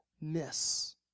miss